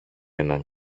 έναν